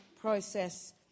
process